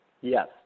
Yes